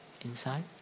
inside